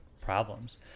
problems